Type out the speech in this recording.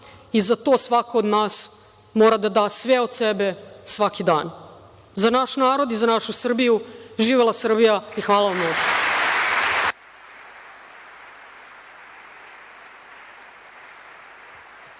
i za to svako od nas mora da da sve od sebe svaki dan za naš narod i za našu Srbiju. Živela Srbija. Hvala.